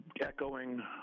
echoing